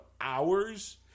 hours